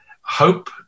Hope